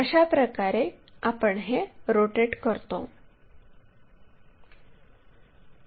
अशाप्रकारे आपण हे रोटेट करतो